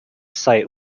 site